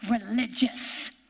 religious